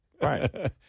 right